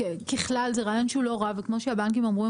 ככלל זה רעיון שהוא לא רע וכמו שהבנקים אמרו,